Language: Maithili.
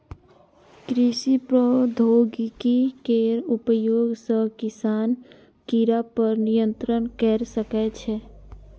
कृषि प्रौद्योगिकी केर उपयोग सं किसान कीड़ा पर नियंत्रण कैर सकै छै